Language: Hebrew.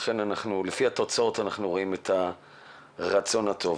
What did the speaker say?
לפי התוצאות אנחנו רואים את הרצון הטוב.